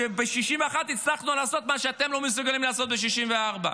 כשב-61 הצלחנו לעשות את מה שאתם לא מסוגלים לעשות ב-64.